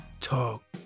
talk